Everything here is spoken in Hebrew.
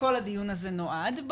וכל הדיון הזה נועד לכך,